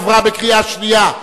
עברה בקריאה שנייה.